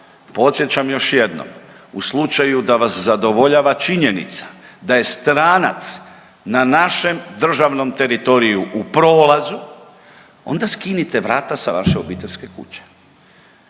Podsjećam još jednom u slučaju da vas zadovoljava činjenica da je stranac na našem državnom teritoriju u prolazu onda skinite vrata sa vaše obiteljske kuće